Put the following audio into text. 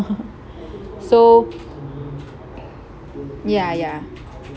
so ya ya